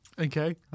Okay